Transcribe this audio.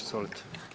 Izvolite.